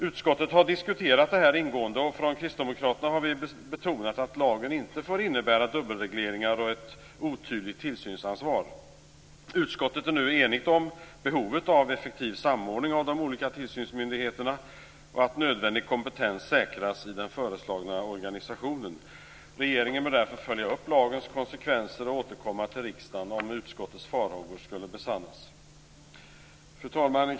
Utskottet har diskuterat detta ingående, och från kristdemokraterna har vi betonat att lagen inte får innebära dubbelregleringar och ett otydligt tillsynsansvar. Utskottet är nu enigt om behovet av effektiv samordning av de olika tillsynsmyndigheterna och av att nödvändig kompetens säkras i den föreslagna organisationen. Regeringen bör därför följa upp lagens konsekvenser och återkomma till riksdagen om utskottets farhågor skulle besannas. Fru talman!